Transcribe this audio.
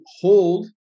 hold